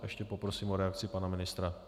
Ještě prosím o reakci pana ministra.